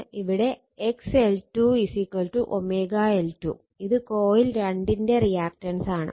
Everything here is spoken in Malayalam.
ഇവിടെ x l2 L2 ഇത് കോയിൽ 2 ന്റെ റിയാക്റ്റൻസാണ്